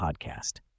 Podcast